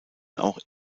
auch